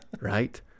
Right